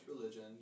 religion